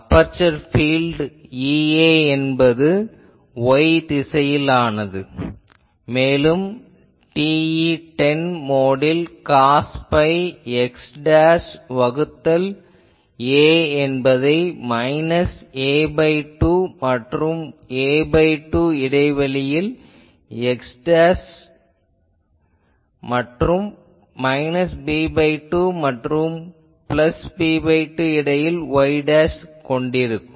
aperture field Ea என்பது y திசையிலானது மேலும் இது TE10 மோடில் காஸ் பை x வகுத்தல் a என்பதை a2 மற்றும் a2 இடைவெளியில் x மற்றும் b2 மற்றும் b2 இடைவெளியில் y கொண்டிருக்கும்